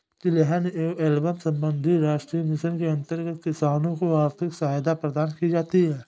तिलहन एवं एल्बम संबंधी राष्ट्रीय मिशन के अंतर्गत किसानों को आर्थिक सहायता प्रदान की जाती है